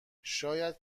شاید